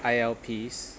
I_L_Ps